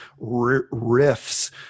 riffs